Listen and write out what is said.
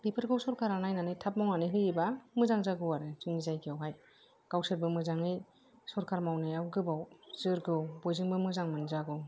बेफोरखौ सरखारा नायनानै थाब मावनानै होयोबा मोजां जागौ आरो जोंनि जायगायावहाय गावसोरबो मोजाङै सरखार मावनायाव गोबाव जोरगौ बयजोंबो मोजां मोनजागौ